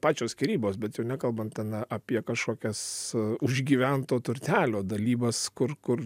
pačios skyrybos bet jau nekalbant ten apie kažkokias užgyvento turtelio dalybas kur kur